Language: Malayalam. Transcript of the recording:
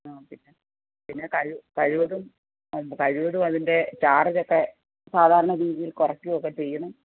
ആ പിന്നെ പിന്നെ കഴിവതും കഴിവതും അതിൻ്റെ ചാർജ്ജ് ഒക്കെ സാധാരണ രീതിയിൽ കുറയ്ക്കുകയൊക്കെ ചെയ്യണം